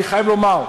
אני חייב לומר,